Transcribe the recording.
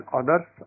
others